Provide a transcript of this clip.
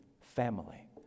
family